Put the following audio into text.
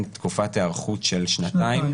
תקופת היערכות של שנתיים -- שנתיים.